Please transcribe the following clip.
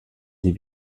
des